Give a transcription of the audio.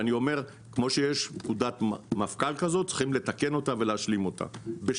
כמו שיש פקודת מפכ"ל לתקן וגם בדיעבד.